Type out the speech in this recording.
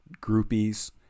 groupies